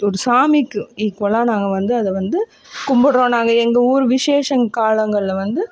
ஒரு சாமிக்கு ஈக்குவலாக நாங்கள் வந்து அதை வந்து கும்பிட்றோம் நாங்கள் எங்கள் ஊர் விஷேஷம் காலங்களில் வந்து